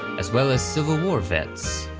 as well as civil war vets.